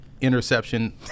Interception